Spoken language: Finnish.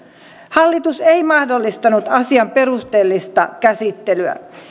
hallitus ei mahdollistanut asian perusteellista käsittelyä